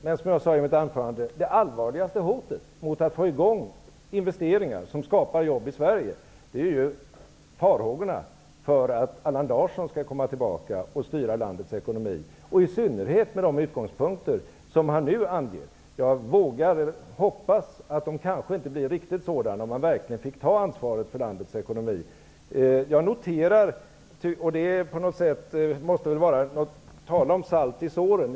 Men, som jag sade i mitt huvudanförande, det allvarligaste hotet mot att få i gång investeringar som skapar jobb i Sverige är farhågorna för att Allan Larsson skall komma tillbaka och styra landets ekonomi, i synnerhet med de utgångspunkter som han nu anger. Jag vågar hoppas att de kanske inte skulle bli riktigt sådana, om han verkligen fick ta ansvaret för landets ekonomi. Tala om salt i såren!